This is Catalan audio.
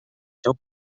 seu